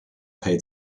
paid